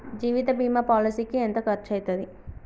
జీవిత బీమా పాలసీకి ఎంత ఖర్చయితది?